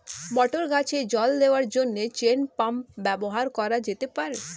মটর গাছে জল দেওয়ার জন্য চেইন পাম্প ব্যবহার করা যেতে পার?